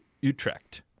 Utrecht